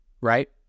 Right